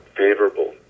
favorable